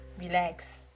relax